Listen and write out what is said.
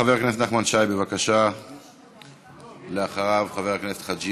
חבר הכנסת נחמן שי, בבקשה, ואחריו, חבר הכנסת חאג'